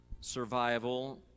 survival